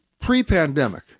pre-pandemic